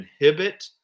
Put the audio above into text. inhibit